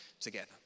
together